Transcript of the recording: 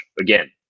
again